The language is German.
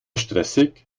stressig